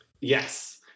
Yes